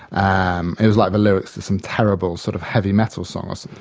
um it was like the lyrics to some terrible sort of heavy metal song or so